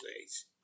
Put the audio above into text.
days